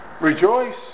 Rejoice